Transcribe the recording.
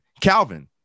Calvin